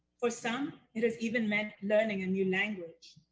for some, it has even meant learning a new language.